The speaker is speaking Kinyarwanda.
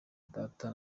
data